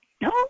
No